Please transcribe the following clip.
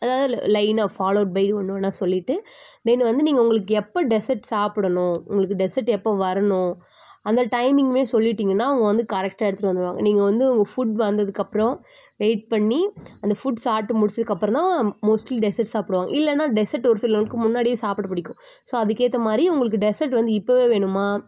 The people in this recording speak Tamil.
அதாவது ல லைனா ஃபாலோட் பைனு ஒன்று ஒன்னா சொல்லிட்டு தென் வந்து நீங்கள் உங்களுக்கு எப்போ டெஸர்ட் சாப்புடணும் உங்களுக்கு டெஸர்ட் எப்போ வரணும் அந்த டைமிங்மே சொல்லிட்டிங்கன்னா அவங்க வந்து கரெக்டாக எடுத்துட்டு வந்துருவாங்க நீங்கள் வந்து உங்கள் ஃபுட் வந்ததுக்கு அப்புறம் வெயிட் பண்ணி அந்த ஃபுட் சாப்பிட்டு முடிச்சதுக்கு அப்புறம் தான் மோஸ்ட்லி டெஸர்ட் சாப்புடுவாங்க இல்லைனா டெஸர்ட் ஒரு சிலவங்களுக்கு முன்னாடியே சாப்பிட பிடிக்கும் ஸோ அதுக்கேற்ற மாதிரி உங்களுக்கு டெஸர்ட் வந்து இப்போவே வேணுமா